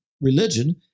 religion